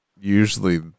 usually